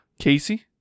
Casey